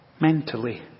mentally